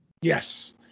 Yes